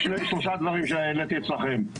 ישנם שלושה דברים שהעליתי אצלכם.